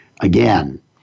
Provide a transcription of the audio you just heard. again